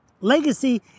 Legacy